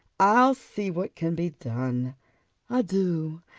i'll see what can be done adieu!